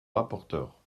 rapporteur